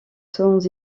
sans